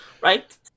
Right